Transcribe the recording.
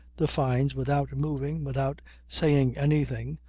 the fynes without moving, without saying anything,